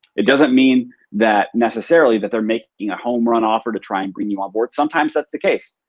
it doesn't mean that necessarily that they're making a home run offer to try and bring you on board. sometimes that's the case.